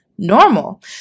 normal